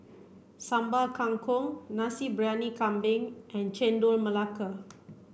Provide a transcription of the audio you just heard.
Sambal Kangkong Nasi Briyani Kambing and Chendol Melaka